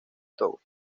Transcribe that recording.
togo